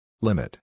Limit